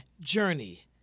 journey